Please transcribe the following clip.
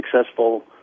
successful